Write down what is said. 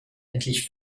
endlich